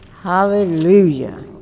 Hallelujah